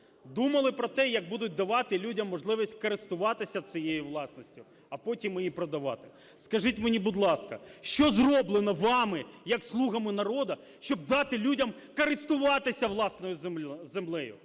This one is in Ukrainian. думали про те, як будуть давати людям можливість користуватися цією власністю, а потім її продавати. Скажіть мені, будь ласка, що зроблено вами як слугами народу, щоб дати людям користуватися власною землею,